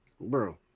Bro